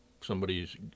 somebody's